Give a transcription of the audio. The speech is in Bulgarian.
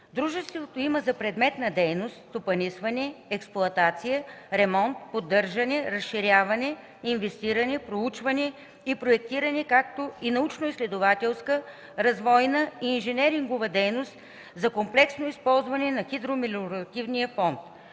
Дружеството има за предмет на дейност стопанисване, експлоатация, ремонт, поддържане, разширяване, инвестиране, проучване и проектиране, както и научно-изследователска, развойна и инженерингова дейност за комплексно използване на хидромелиоративния фонд.